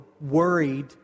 worried